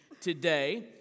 today